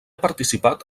participat